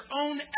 own